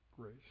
grace